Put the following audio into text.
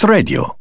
Radio